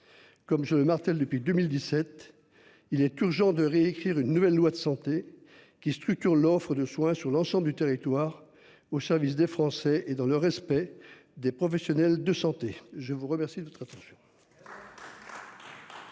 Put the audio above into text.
Comme je le martèle depuis 2017. Il est urgent de réécrire une nouvelle loi de santé qui structure l'offre de soins sur l'ensemble du territoire au service des Français et dans le respect des professionnels de santé. Je vous remercie de votre attention.